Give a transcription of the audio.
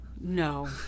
No